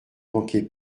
manquez